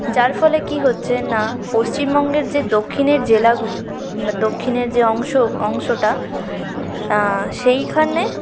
যার ফলে কী হচ্ছে না পশ্চিমবঙ্গের যে দক্ষিণের জেলাগুলি বা দক্ষিণের যে অংশ অংশটা সেইখানে